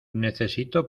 necesito